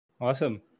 Awesome